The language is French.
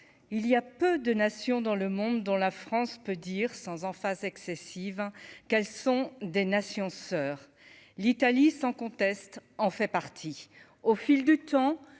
il y a peu de nations dans le monde, dont la France peut dire sans emphase excessive, hein, qu'elles sont des nations soeurs l'Italie sans conteste en fait partie, au fil du temps